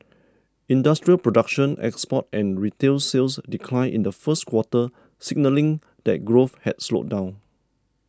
industrial production exports and retail sales declined in the first quarter signalling that growth had slowed down